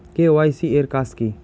KYC এর কাজ কি?